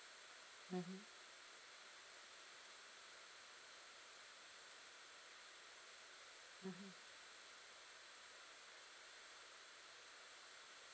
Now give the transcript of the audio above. mmhmm mmhmm